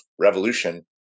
revolution